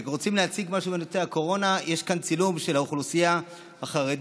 כשרוצים להציג משהו בנושא הקורונה יש צילום של האוכלוסייה החרדית,